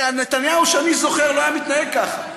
כי נתניהו שאני זוכר לא היה מתנהג ככה,